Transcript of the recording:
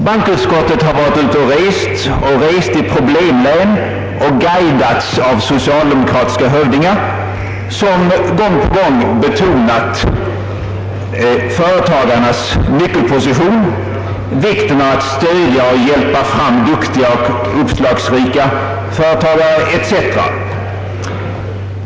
Bankoutskottet har varit ute och rest även i problemlän, där utskottet guidats av socialdemokratiska hövdingar som gång på gång betonat företagarnas nyckelposition, vikten av att stödja och hjälpa fram duktiga och uppslagsrika företagare etc.